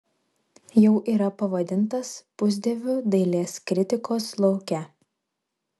jau yra pavadintas pusdieviu dailės kritikos lauke